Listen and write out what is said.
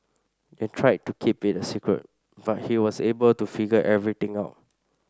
they tried to keep it a secret but he was able to figure everything out